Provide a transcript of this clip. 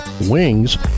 wings